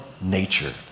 nature